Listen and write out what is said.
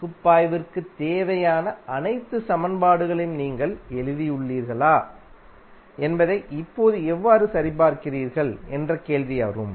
பகுப்பாய்விற்குத் தேவையான அனைத்து சமன்பாடுகளையும் நீங்கள் எழுதியுள்ளீர்களா என்பதை இப்போது எவ்வாறு சரிபார்க்கிறீர்கள் என்ற கேள்வி வரும்